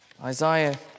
Isaiah